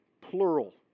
plural